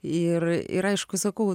ir ir aišku sakau